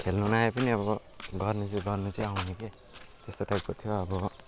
खेल्नु न आए पनि अब गर्नु चाहिँ गर्नु चाहिँ आउने के त्यस्तो टाइपको थियो अब